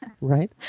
Right